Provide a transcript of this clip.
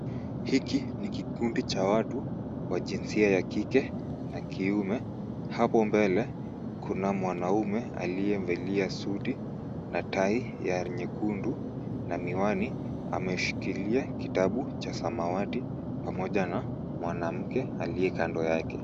Hiki ni kikundi cha watu wa jinsia ya kike na kiume. Hapo mbele kuna mwanaume aliyevalia suti na tai ya nyekundu na miwani. Ameshikilia kitabu cha samawati pamoja na mwanamke aliye kando yake.